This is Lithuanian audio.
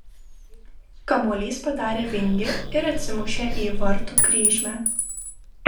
kamuolys padarė vingį ir atsimušė į vartų kryžmę